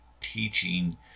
teaching